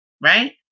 right